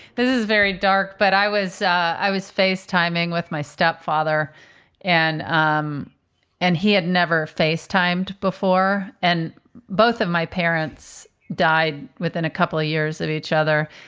this is very dark. but i was i was face timing with my stepfather and um and he had never faced time before. and both of my parents died within a couple of years of each other.